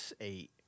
eight